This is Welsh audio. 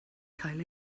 cael